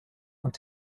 und